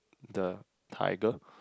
the tiger